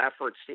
efforts